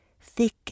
Thick